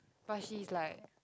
but she's like